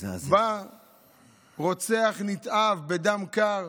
בא רוצח נתעב, בדם קר,